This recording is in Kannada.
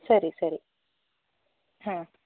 ಸರಿ ಸರಿ ಹಾಂ